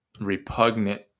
repugnant